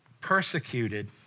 persecuted